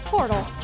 Portal